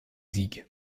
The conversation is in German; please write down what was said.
sieg